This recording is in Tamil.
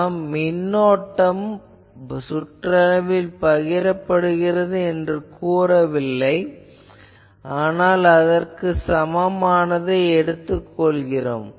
நாம் மின்னோட்டம் சுற்றளவில் பகிரப்படுகிறது என்று கூறவில்லை ஆனால் அதற்கு சமமானதை எடுத்துக் கொள்கிறோம்